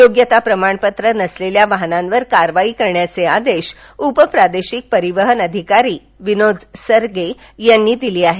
योग्यता प्रमाणपत्र नसलेल्या वाहनांवर कारवाई करण्याचे आदेश उप प्रादेशिक परिवहन अधिकारी विनोद सगरे यांनी दिले आहेत